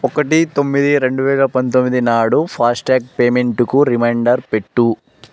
ఒకటి తొమ్మిది రెండు వేల పంతొమ్మిది నాడు ఫాస్ట్ ట్యాగ్ పేమెంటుకి రిమైండర్ పెట్టు